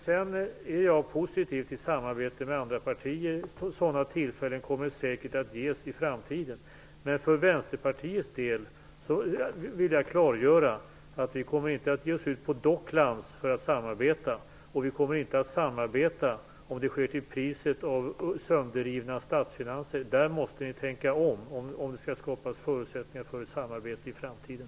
Jag är positiv till samarbete med andra partier. Sådana tillfällen kommer säkert att ges i framtiden. Men för Vänsterpartiets del vill jag klargöra att vi inte kommer att ge oss ut på Docklands för att samarbeta. Vi kommer inte att samarbeta om det sker till priset av sönderrivna statsfinanser. Där måste ni tänka om ifall det skall skapas förutsättningar för ett samarbete i framtiden.